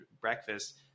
breakfast